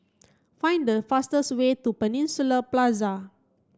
find the fastest way to Peninsula Plaza